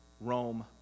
Rome